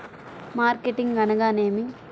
Marketing అనగానేమి?